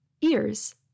Ears